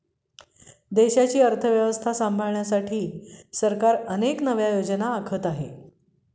देशाची अर्थव्यवस्था सांभाळण्यासाठी सरकार अनेक नव्या योजना आखत आहे